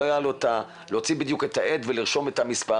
הייתה לו האפשרות בדיוק להוציא את העט ולרשום את המספר,